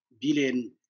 billion